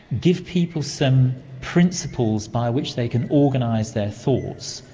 give people some principles by which they can organise their thoughts,